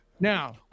Now